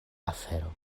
afero